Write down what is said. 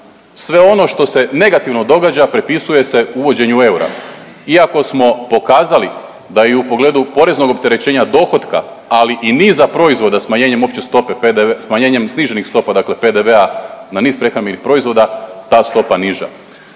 Sve ono što se negativno događa pripisuje se uvođenju eura iako smo pokazali da i u pogledu poreznog opterećenja dohotka, ali i niza proizvoda smanjenjem opće stope PDV, smanjenjem sniženih stopa dakle PDV-a na niz prehrambenih proizvoda ta stopa niža.